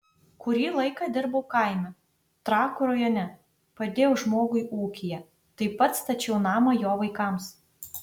kurį laiką dirbau kaime trakų rajone padėjau žmogui ūkyje taip pat stačiau namą jo vaikams